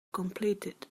completed